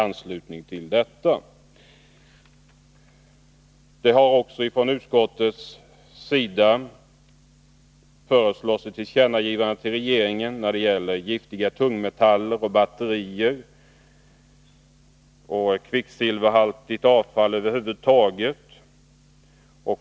För det andra föreslås från utskottets sida ett tillkännagivande till regeringen när det gäller giftiga tungmetaller i batterier och andra kvicksilverhaltiga avfall över huvud taget.